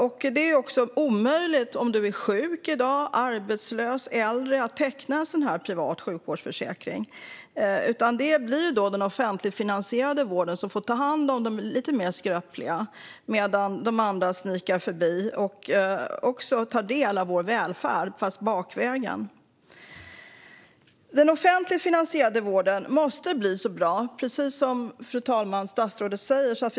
Om man i dag är sjuk, arbetslös eller äldre är det omöjligt att teckna en privat sjukvårdsförsäkring. I stället får den offentligt finansierade vården ta hand om de lite mer skröpliga. De andra snikar bara förbi men får samtidigt ta del av vår välfärd, fast bakvägen. Den offentligt finansierade vården måste bli så bra, precis som statsrådet säger, fru talman.